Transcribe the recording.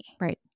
Right